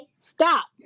stop